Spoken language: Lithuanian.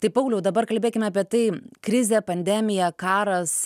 tai pauliau dabar kalbėkime apie tai krizė pandemija karas